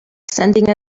sending